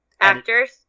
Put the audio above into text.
Actors